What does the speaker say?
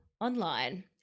online